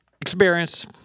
Experience